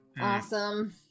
Awesome